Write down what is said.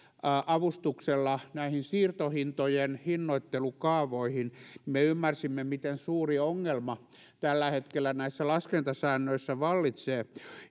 avustuksella näihin siirtohintojen hinnoittelukaavoihin me ymmärsimme miten suuri ongelma tällä hetkellä näissä laskentasäännöissä vallitsee